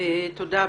תודה.